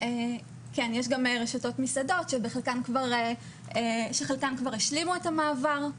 יש גם רשתות מסעדות שחלקם כבר השלימו את המעבר.